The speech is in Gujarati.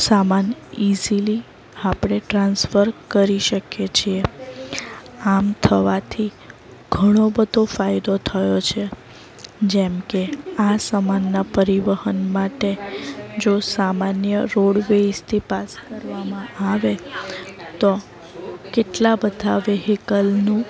સામાન ઇઝીલી આપણે ટ્રાન્સફર કરી શકીએ છે આમ થવાથી ઘણો બધો ફાયદો થયો છે જેમકે આ સામાનના પરિવહન માટે જો સામાન્ય રોડ વેયસથી પાસ કરવામાં આવે તો કેટલાં બધાં વેહિકલનું